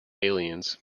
aliens